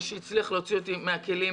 מהקיבוץ שהצליח להוציא אותי מהכלים.